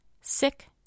Sick